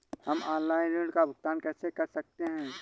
हम ऑनलाइन ऋण का भुगतान कैसे कर सकते हैं?